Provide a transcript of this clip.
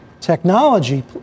technology